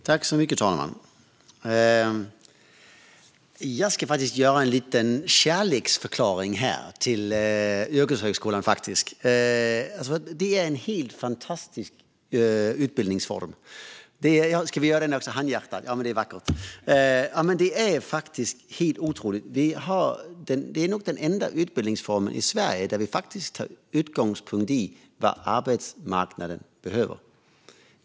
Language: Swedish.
Fru talman! Jag ska faktiskt göra en liten kärleksförklaring till yrkeshögskolan. Det är en helt fantastisk utbildningsform. Ska vi göra handhjärtan också? Ja, det är vackert. Den är faktiskt helt otrolig. Yrkeshögskolan är nog den enda utbildningsformen i Sverige där vi faktiskt tar utgångspunkt i vad arbetsmarknaden behöver.